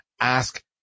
ask